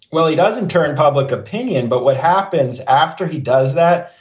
well, he doesn't turn public opinion. but what happens after he does that?